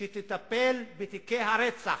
שתטפל בתיקי הרצח,